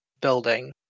building